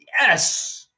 Yes